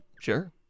Sure